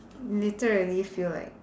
literally feel like